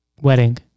wedding